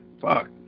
fuck